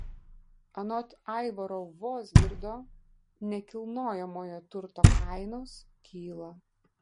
anot aivaro vozgirdo nekilnojamojo turto kainos kyla